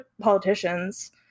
politicians